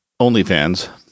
OnlyFans